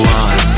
one